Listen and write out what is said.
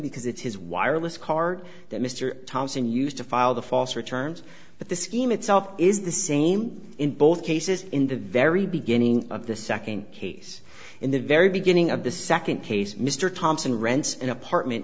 because it's his wireless card that mr thompson used to file the false returns but the scheme itself is the same in both cases in the very beginning of the second case in the very beginning of the second case mr thompson rent an apartment